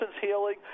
healing